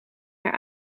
naar